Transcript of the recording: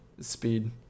speed